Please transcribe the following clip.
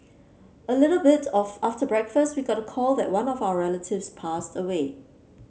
a little bit of after breakfast we got the call that one of our relatives passed away